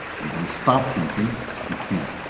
we don't stop thinking you can't.